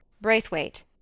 Braithwaite